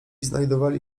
znajdowali